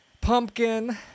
pumpkin